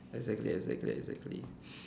exactly exactly exactly